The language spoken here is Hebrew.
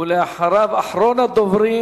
ואחריו,